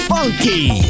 Funky